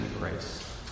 grace